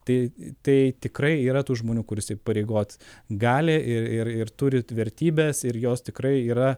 tai tai tikrai yra tų žmonių kur įsipareigot gali ir ir turit vertybes ir jos tikrai yra